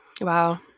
Wow